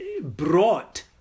brought